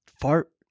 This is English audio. Fart